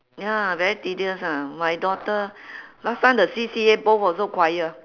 ya very tedious ah my daughter last time the C_C_A both also choir